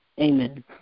Amen